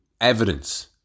evidence